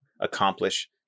accomplish